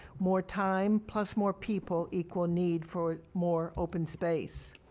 more time plus more people equal need for more open space.